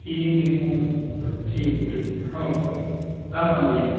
ठीक है ठीक है ठीक ओके ओके राम राम भैया